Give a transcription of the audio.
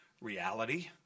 reality